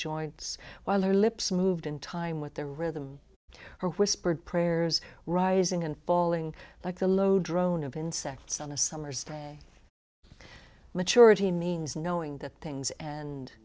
joints while her lips moved in time with the rhythm her whispered prayers rising and bawling like the low drone of insects on a summer's day maturity means knowing that things and